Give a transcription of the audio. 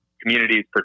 communities